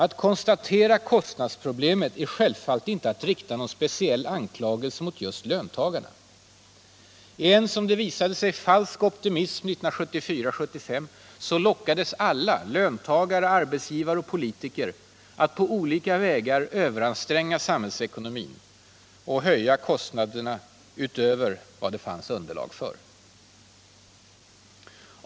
Att konstatera att kostnadsproblemet föreligger är självfallet inte att rikta någon speciell anklagelse mot just löntagarna. I en som det visade sig falsk optimism 1974-1975 lockades alla — löntagare, arbetsgivare, politiker — att på olika vägar överanstränga samhällsekonomin och höja kostnaderna utöver vad det fanns underlag för.